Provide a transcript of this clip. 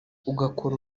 ugakora